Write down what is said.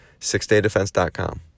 sixdaydefense.com